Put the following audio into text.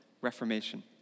Reformation